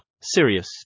Sirius